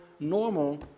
normal